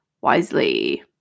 wisely